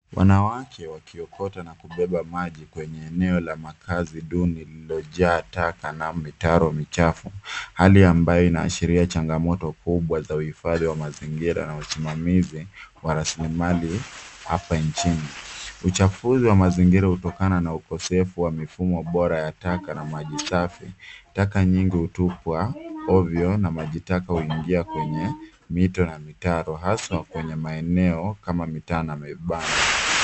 Wanawake wakiokota na kubeba maji kwenye eneo la makazi duni lililojaa taka na mitaro michafu, hali ambayo inayoashiria changamoto kubwa za uhifadhi wa mazingira na usimamizi wa rasilimali hapa nchini. Uchafuzi wa mazingira hutokana na ukosefu wa mifumo bora ya taka na maji safi. Taka nyingi hutupwa ovyo na maji taka huingia kwenye mito na mitaro, haswa kwenye maeneo kama mitaa na mibanda.